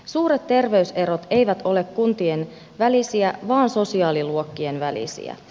suuret terveyserot eivät ole kuntien välisiä vaan sosiaaliluokkien välisiä